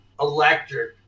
electric